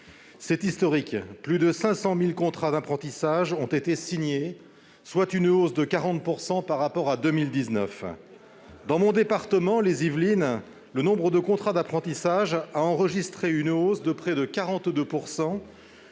C'est historique : plus de 500 000 contrats d'apprentissage ont été signés, soit une hausse de 40 % par rapport à 2019. Dans mon département, les Yvelines, le nombre de contrats d'apprentissage a enregistré une hausse de près de 42